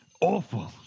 awful